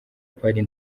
paris